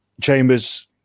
Chambers